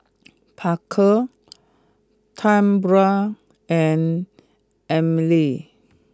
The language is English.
Parker Tambra and Emily